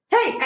Hey